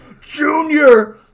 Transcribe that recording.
Junior